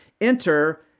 Enter